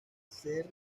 ser